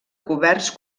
coberts